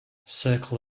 circle